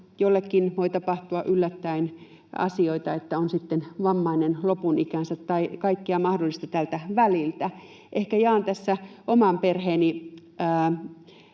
jollekin voi tapahtua yllättäen asioita, että on sitten vammainen lopun ikäänsä, tai kaikkea mahdollista tältä väliltä. Ehkä jaan tässä oman perheeni